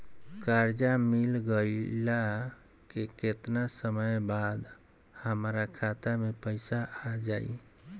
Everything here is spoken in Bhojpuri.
कर्जा मिल गईला के केतना समय बाद हमरा खाता मे पैसा आ जायी?